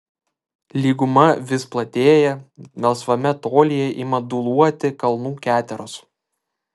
lyguma vis platėja melsvame tolyje ima dūluoti kalnų keteros